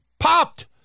Popped